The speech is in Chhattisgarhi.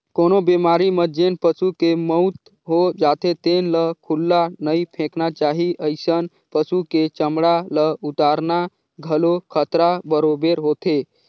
कोनो बेमारी म जेन पसू के मउत हो जाथे तेन ल खुल्ला नइ फेकना चाही, अइसन पसु के चमड़ा ल उतारना घलो खतरा बरोबेर होथे